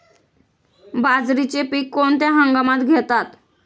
बाजरीचे पीक कोणत्या हंगामात घेतात?